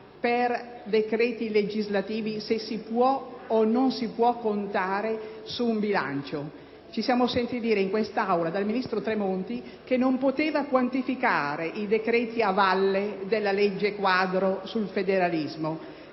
per decreti legislativi, se si possa o meno contare su un bilancio. Ci siamo sentiti dire in quest’Aula dal ministro Tremonti che non poteva quantificare i decreti a valle della legge quadro sul federalismo.